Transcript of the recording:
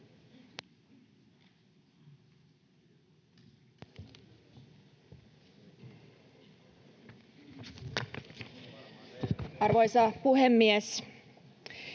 Arvoisa puhemies!